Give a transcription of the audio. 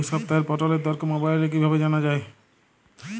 এই সপ্তাহের পটলের দর মোবাইলে কিভাবে জানা যায়?